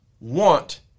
want